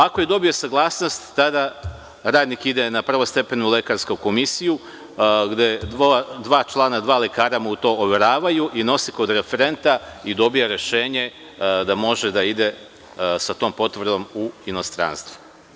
Ako je dobio saglasnost, tada radnik ide na prvostepenu lekarsku komisiju, gde mu dva člana, dva lekara to overavaju i nose kod referenta i dobija rešenje da može da ide sa tom potvrdom u inostranstvo.